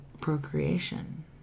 Procreation